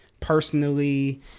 Personally